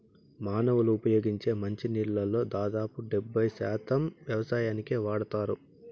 మానవులు ఉపయోగించే మంచి నీళ్ళల్లో దాదాపు డెబ్బై శాతం వ్యవసాయానికే వాడతారు